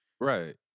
Right